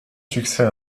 succès